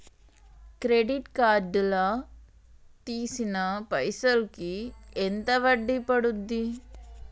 Credit card లా తీసిన పైసల్ కి ఎంత వడ్డీ పండుద్ధి?